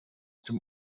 dem